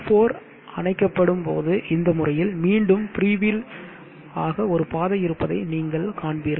Q4 அணைக்கப்படும் போது இந்த முறையில் மீண்டும் ஃப்ரீவீல் ஆக ஒரு பாதை இருப்பதை நீங்கள் காண்பீர்கள்